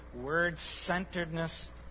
Word-centeredness